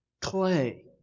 clay